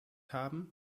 haben